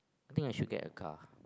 I think I should get a car